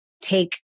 take